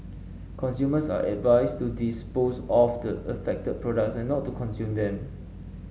consumers are advised to dispose of the affected products and not to consume them